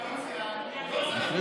אחד